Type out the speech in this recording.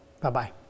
Bye-bye